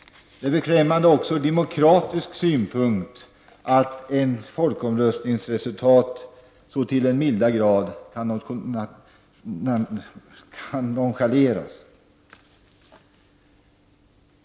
Det är beklämmande också ur demokratisk synpunkt att ett folkomröstningsresultat så till den milda grad kan nonchaleras.